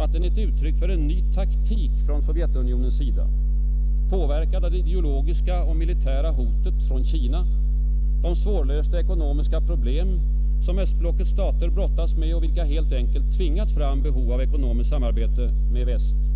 att den är ett uttryck för en ny taktik från Sovjetunionens sida, påverkad av det ideologiska och militära hotet från Kina, de svårlösta ekonomiska problem som östblockets stater brottas med och vilka helt enkelt tvingat fram behov av ekonomiskt samarbete med västsidan.